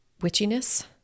witchiness